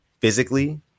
physically